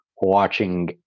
watching